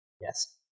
Yes